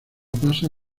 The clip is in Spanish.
pasa